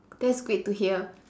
that's great to hear